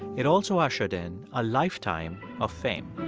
it also ushered in a lifetime of fame